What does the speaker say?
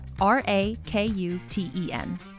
R-A-K-U-T-E-N